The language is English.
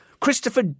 Christopher